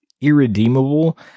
irredeemable